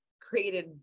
created